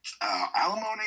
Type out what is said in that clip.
alimony